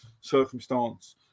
circumstance